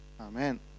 Amen